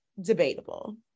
debatable